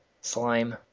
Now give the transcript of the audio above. Slime